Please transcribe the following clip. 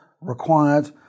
required